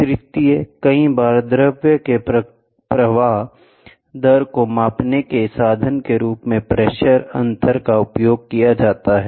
3 कई बार द्रव के प्रवाह दर को मापने के साधन के रूप में प्रेशर अंतर का उपयोग किया जाता है